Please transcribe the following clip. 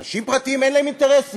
אנשים פרטיים, אין להם אינטרסים.